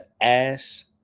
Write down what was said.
ass